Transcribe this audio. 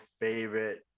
favorite